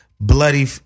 bloody